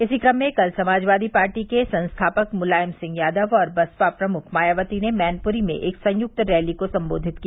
इसी क्रम में कल समाजवादी पार्टी के संस्थापक मुलायम सिंह यादव और बसपा प्रमुख मायावती ने मैनपुरी में एक संयुक्त रैली को संबोधित किया